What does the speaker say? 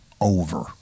over